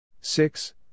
six